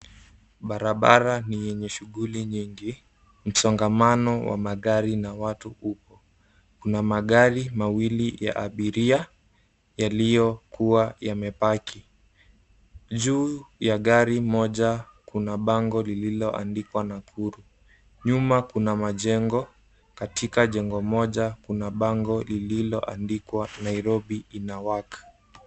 Barabara ni yenye shughuli nyingi. Msongamano wa magari na watu upo. Kuna magari mawili ya abiria yaliyokuwa yamepaki. Juu ya gari moja kuna bango lililoandikwa Nakuru. Nyuma kuna majengo. Katika jengo moja kuna bango lililoandikwa Nairobi ina work .